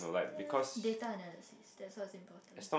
ya data analysis that's what's important